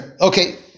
Okay